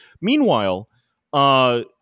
Meanwhile